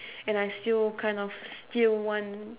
and I still kind of still want